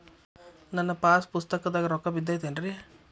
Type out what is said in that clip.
ನನ್ನ ಪಾಸ್ ಪುಸ್ತಕದಾಗ ರೊಕ್ಕ ಬಿದ್ದೈತೇನ್ರಿ?